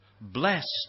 Blessed